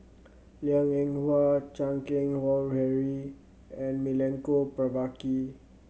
Liang Eng Hwa Chan Keng Howe Harry and Milenko Prvacki